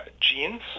genes